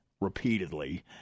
repeatedly